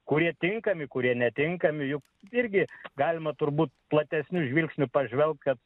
kurie tinkami kurie netinkami jų irgi galima turbūt platesniu žvilgsniu pažvelgt kad